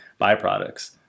byproducts